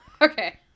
Okay